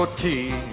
tea